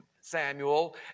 Samuel